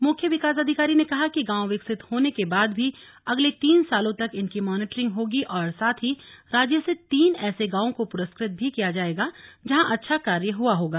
मुख्य विकास अधिकारी ने कहा कि गांव विकसित होने के बाद भी अगले तीन सालों तक इनकी मॉनिटरिंग होगी और साथ ही राज्य से तीन ऐसे गांवों को पुरस्कृत भी किया जायेगा जहां अच्छा कार्य हुआ होगा